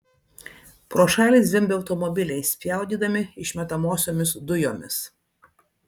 pro šalį zvimbė automobiliai spjaudydami išmetamosiomis dujomis